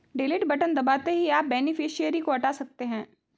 delete button दबाते ही आप बेनिफिशियरी को हटा सकते है